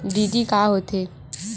DD का होथे?